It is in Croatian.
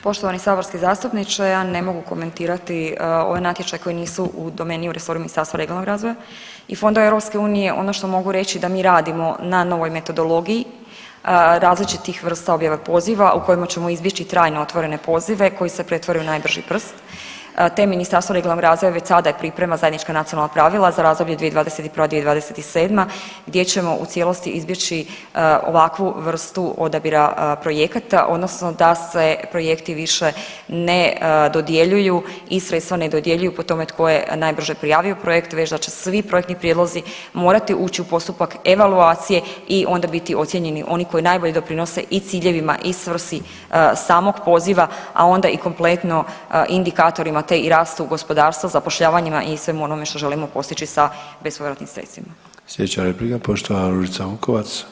Poštovani saborski zastupniče, ja ne mogu komentirati ovaj natječaj koji nisu u domeni u resoru Ministarstvu regionalnog razvoja i fondova EU, ono što mogu reći da mi radimo na novoj metodologiji različitih vrsta objave poziva u kojima ćemo izbjeći trajno otvorene pozive koji se pretvore u najbrži prst te Ministarstvo regionalnog razvoja već sada priprema zajednička nacionalna pravila za razdoblje 2021.-2027. gdje ćemo u cijeli izbjeći ovakvu vrstu odabira projekata odnosno da se projekti više ne dodjeljuju i sredstva ne dodjeljuju po tome tko je najbrže prijavio projekt već da će svi projektni prijedlozi morati ući u postupak evaluacije i onda biti ocijenjeni oni koji najbolje doprinose i ciljevima i svrsi samog poziva, a onda i kompletno indikatorima te i rastu gospodarstva, zapošljavanjima i svemu onome što želimo postići sa bespovratnim sredstvima.